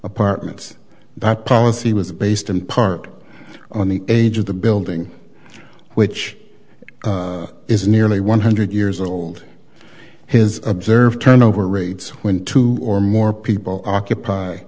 apartments that policy was based in part on the age of the building which is nearly one hundred years old has observed turnover rates when two or more people occupy